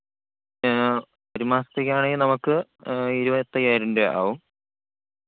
ഒരു മാസത്തേക്കാണെങ്കിൽ നമുക്ക് ഇരുപത്തയ്യായിരം രൂപയാകും